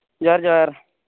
ᱡᱚᱦᱟᱨ ᱡᱚᱦᱟᱨ